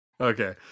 Okay